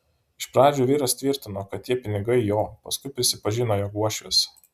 iš pradžių vyras tvirtino kad tie pinigai jo paskui prisipažino jog uošvės